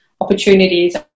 opportunities